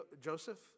Joseph